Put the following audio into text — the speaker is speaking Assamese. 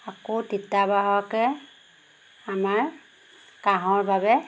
আকৌ তিতাবাহকে আমাৰ কাঁহৰ বাবে